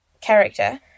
character